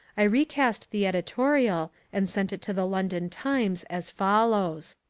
i recast the editorial and sent it to the london times as follows